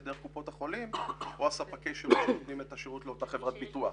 דרך קופות החולים או ספקי השירות שנותנים את השירות לאותה חברת ביטוח.